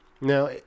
Now